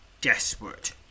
desperate